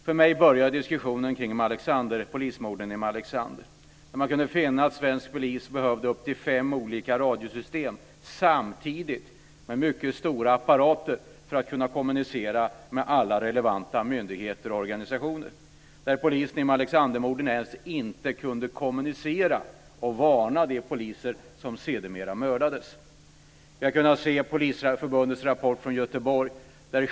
För mig börjar diskussionen kring polismorden i Malexander, då man kunde finna att svensk polis behövde upp till fem olika radiosystem samtidigt med mycket stora apparater för att kunna kommunicera med alla relevanta myndigheter och organisationer. Polisen i Malexander kunde inte ens kommunicera och varna de poliser som sedermera mördades. Vi har kunnat se Polisförbundets rapport från Göteborg.